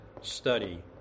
Study